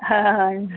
हं हं हण्